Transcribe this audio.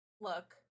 Look